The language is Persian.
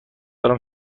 دارم